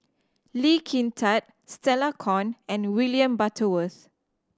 Lee Kin Tat Stella Kon and William Butterworth